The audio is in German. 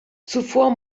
zuvor